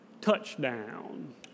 Touchdown